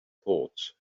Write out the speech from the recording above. thoughts